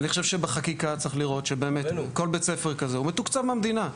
אני חושב שבחקיקה צריך לראות שבאמת כל בית ספר כזה הוא מתוקצב מהמדינה.